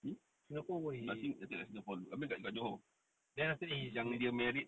!huh! I think singapore I mean kat johor yang dia married